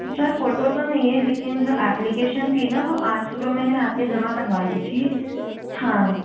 sir photo तो नहीं है लेकिन जो ऐप्लकैशन थी न वो आज सुबह मैंने आके जमा करवा दी थी हाँ